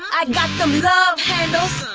i got them love-handles!